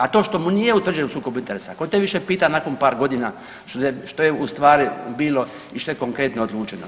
A to što mu nije utvrđeno u sukobu interesa ko te više pita nakon par godina što je ustvari bilo i što je konkretno odlučeno.